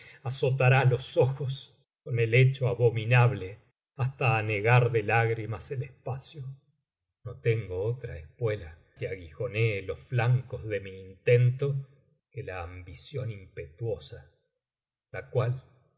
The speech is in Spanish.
azotará los ojos con el hecho abominable hasta macbeth lady mac macb lady mac macb lady mac anegar de lágrimas el espacio no tengo otra espuela que aguijonee los flancos de mi intento que la ambición impetuosa la cual